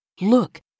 look